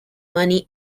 money